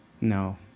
No